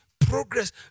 progress